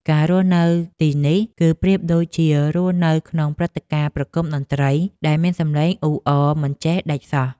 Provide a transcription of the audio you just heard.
ការរស់នៅទីនេះ គឺប្រៀបដូចជារស់នៅក្នុងព្រឹត្តិការណ៍ប្រគំតន្ត្រីដែលមានសំឡេងអ៊ូអរមិនចេះដាច់សោះ។